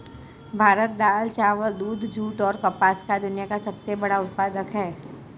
भारत दाल, चावल, दूध, जूट, और कपास का दुनिया का सबसे बड़ा उत्पादक है